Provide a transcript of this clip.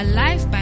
Alive